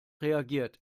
reagiert